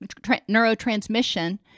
neurotransmission